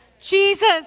jesus